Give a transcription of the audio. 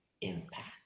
Impact